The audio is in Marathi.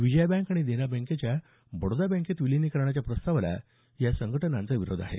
विजया बँक आणि देना बँकेच्या बडोदा बँकेत विलीनीकरण प्रस्तावाला या संघटनांचा विरोध आहे